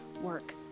work